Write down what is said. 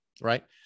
Right